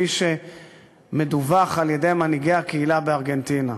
כפי שמדווח על-ידי מנהיגי הקהילה בארגנטינה.